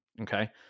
Okay